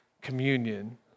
communion